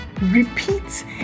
repeat